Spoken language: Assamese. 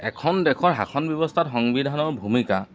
এখন দেশৰ শাসন ব্যৱস্থাত সংবিধানৰ ভূমিকা